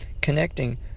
connecting